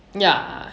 ya